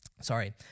sorry